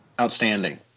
outstanding